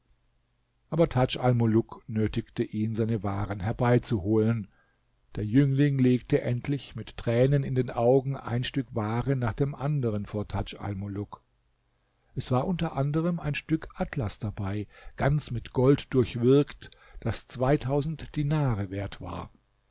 aber tadj almuluk nötigte ihn seine waren herbeizuholen der jüngling legte endlich mit tränen in den augen ein stück ware nach dem anderen vor tadj almuluk es war unter anderem ein stück atlas dabei ganz mit gold durchwirkt das zweitausend dinare wert war